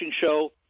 Show